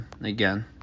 Again